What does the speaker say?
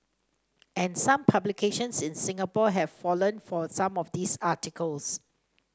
and some publications in Singapore have fallen for some of these articles